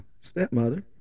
stepmother